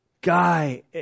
guy